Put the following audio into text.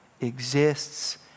exists